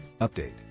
Update